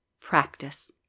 practice